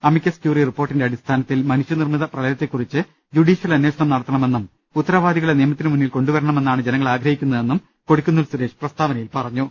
amicus ക്യൂറി റിപ്പോർട്ടിന്റെ അടിസ്ഥാനത്തിൽ മനുഷ്യനിർമ്മിത പ്രളയത്തെകുറിച്ച് ജുഡീഷ്യൽ അന്വേഷണം നടത്തണമെന്നും ഉത്തരവാദികളെ നിയമത്തിനുമുന്നിൽ കൊണ്ടു വരണമെന്നാണ് ജനങ്ങൾ ആഗ്രഹിക്കുന്നതെന്നും കൊടിക്കുന്നിൽ സുരേഷ് പ്രസ്താവനയിൽ പറഞ്ഞു